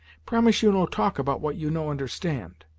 promise you no talk about what you no understand.